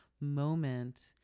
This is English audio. moment